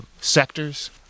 sectors